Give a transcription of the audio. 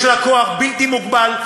יש לה כוח בלתי מוגבל,